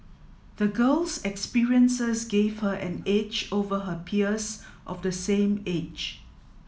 the girl's experiences gave her an edge over her peers of the same age